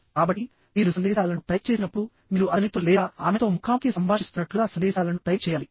కాబట్టి మీరు సందేశాలను టైప్ చేసినప్పుడు మీరు అతనితో లేదా ఆమెతో ముఖాముఖి సంభాషిస్తున్నట్లుగా సందేశాలను టైప్ చేయాలి